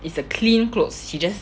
is a clean clothes he just